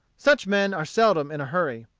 such men are seldom in a hurry.